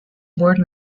born